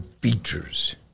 features